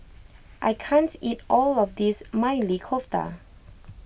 I can't eat all of this Maili Kofta